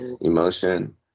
emotion